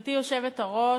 גברתי היושבת-ראש,